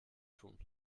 tun